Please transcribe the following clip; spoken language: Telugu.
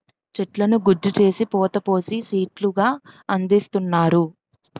చెట్లను గుజ్జు చేసి పోత పోసి సీట్లు గా అందిస్తున్నారు